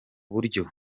buryo